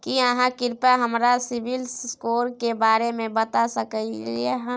की आहाँ कृपया हमरा सिबिल स्कोर के बारे में बता सकलियै हन?